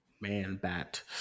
Man-Bat